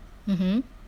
mmhmm